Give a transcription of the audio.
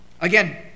Again